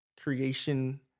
creation